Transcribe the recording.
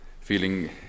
feeling